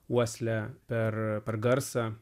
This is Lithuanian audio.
uoslę per per garsą